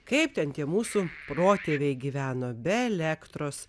kaip ten tie mūsų protėviai gyveno be elektros